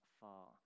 far